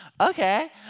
Okay